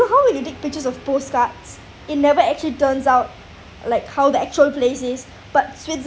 ~ow how will you take pictures of postcards it never actually turns out like how the actual place is but switzerland